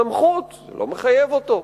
סמכות, לא מחייב אותו,